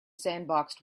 sandboxed